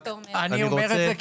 --- אני אומר את זה,